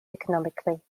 economically